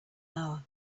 hour